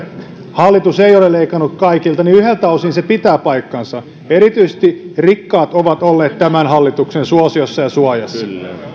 hallitus ei ole leikannut kaikilta niin yhdeltä osin se pitää paikkansa erityisesti rikkaat ovat olleet tämän hallituksen suosiossa ja suojassa